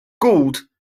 gould